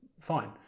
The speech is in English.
fine